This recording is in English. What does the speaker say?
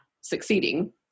succeeding